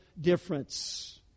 difference